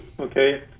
okay